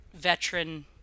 veteran